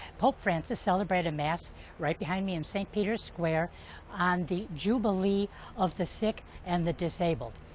pope francis celebrated and mass right behind me in saint peter's square and the jubilee of the sick and the disabled.